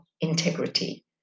integrity